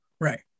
Right